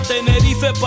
Tenerife